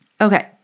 Okay